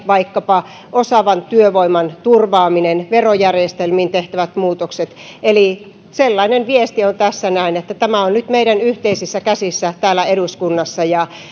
vaikkapa osaavan työvoiman turvaaminen verojärjestelmiin tehtävät muutokset eli sellainen viesti on tässä näin että tämä on nyt meidän yhteisissä käsissämme täällä eduskunnassa ja